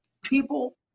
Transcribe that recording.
people